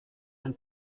ein